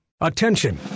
Attention